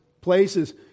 places